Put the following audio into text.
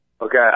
Okay